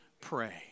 pray